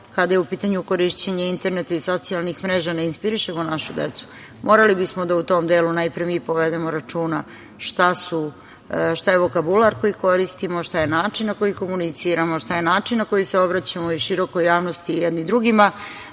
kada je u pitanju korišćenje interneta i socijalnih mreža ne inspirišemo našu decu. Morali bismo da u tom delu najpre mi povedemo računa šta je vokabular koji koristimo, šta je način na koji komuniciramo, šta je način na koji se obraćamo i širokoj javnosti i jedni drugima,